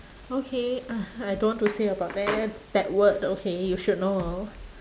okay I don't want to say about that bad word okay you should know